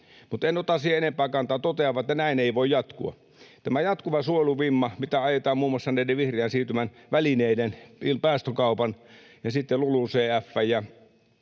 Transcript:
Mutta en ota siihen enempää kantaa, totean vain, että näin ei voi jatkua. Tämä jatkuva suojeluvimma, mitä ajetaan muun muassa näiden vihreän siirtymän välineiden kautta, päästökaupan ja sitten LULUCF:n